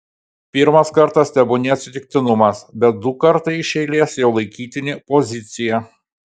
pirmas kartas tebūnie atsitiktinumas bet du kartai iš eilės jau laikytini pozicija